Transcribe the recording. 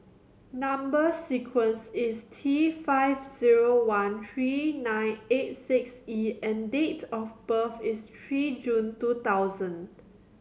number sequence is T five zero one three nine eight six E and date of birth is three June two thousand